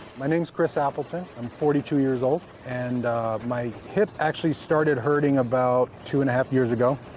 my name is chris appleton. i'm forty two years old, and my hip actually started hurting about two and a half years ago.